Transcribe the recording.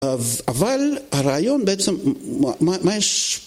אבל הרעיון בעצם, מה יש...